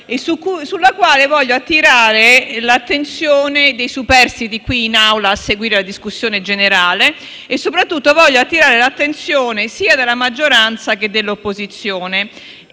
sulla quale voglio attirare l'attenzione dei superstiti di questa Assemblea che seguono la discussione generale. Soprattutto voglio attirare l'attenzione sia della maggioranza che dell'opposizione